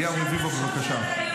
אליהו רביבו, בבקשה.